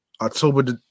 October